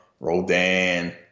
Rodan